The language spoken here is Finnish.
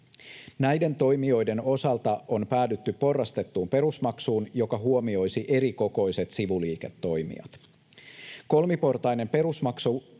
Näiden toimijoiden osalta on päädytty porrastettuun perusmaksuun, joka huomioisi erikokoiset sivuliiketoimijat. Kolmiportainen perusmaksu